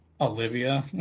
Olivia